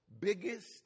biggest